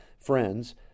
friends